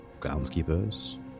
groundskeepers